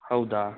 ಹೌದಾ